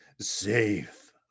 safe